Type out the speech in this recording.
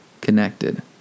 connected